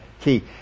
key